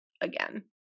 again